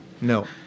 no